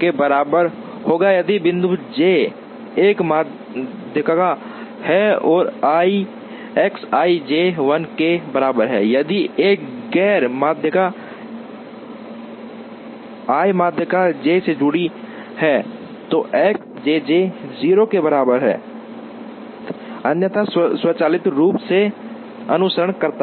के बराबर होगा यदि बिंदु j एक माध्यिका है और X ij 1 के बराबर है यदि एक गैर माध्यिका I माध्यिका j से जुड़ी है तो X jj 0 के बराबर है अन्यथा स्वचालित रूप से अनुसरण करता है